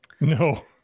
No